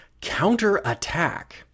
Counter-Attack